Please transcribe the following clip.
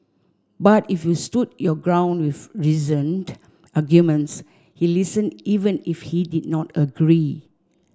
but if you stood your ground with reasoned arguments he listen even if he did not agree